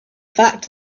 fact